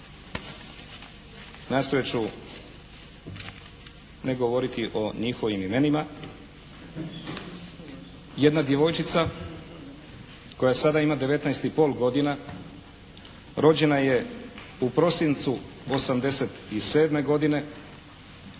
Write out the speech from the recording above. za djecu nastojat ću ne govoriti o njihovim imenima. Jedna djevojčica koja sada ima 19 i pol godina rođena je u prosincu '87. godine,